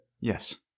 Yes